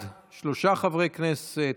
בעד שלושה חברי כנסת,